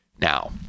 Now